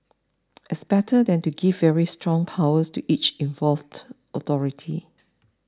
it's better than to give very strong powers to each involved authority